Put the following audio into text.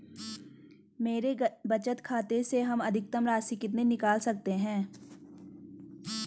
मेरे बचत खाते से हम अधिकतम राशि कितनी निकाल सकते हैं?